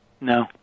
No